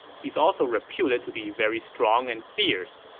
he's also reputed to be very strong and fierce.